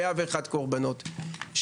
101 קורבנות,